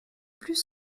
plus